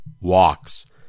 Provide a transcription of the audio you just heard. walks